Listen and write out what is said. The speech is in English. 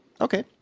okay